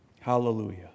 Hallelujah